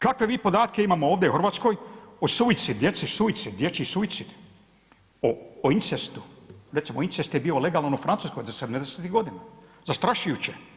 Kakve mi podatke imamo ovdje u Hrvatskoj o suicid, dječji suicid, o incestu, recimo incest je bio legalan u Francuskoj do 70ih godina, zastrašujuće.